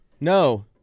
No